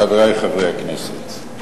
חברי חברי הכנסת,